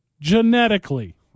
Genetically